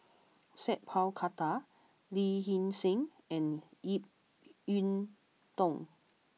Sat Pal Khattar Lee Hee Seng and Ip Yiu Tung